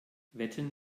wetten